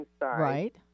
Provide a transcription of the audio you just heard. Right